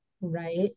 right